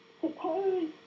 suppose